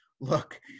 Look